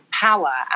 power